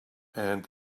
and